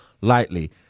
lightly